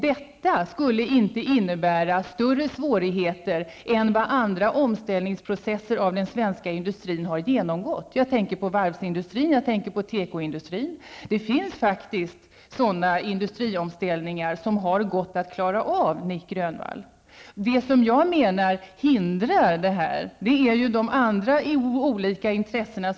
Det här skulle inte innebära större svårigheter än vad andra omställningsprocesser beträffande den svenska industrin har inneburit. Jag tänker då på varvsindustrin och tekoindustrin. Det har faktiskt varit möjligt att klara av industriomställningar, Nic Det som jag menar utgör hinder är andra intressen.